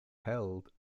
held